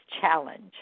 challenge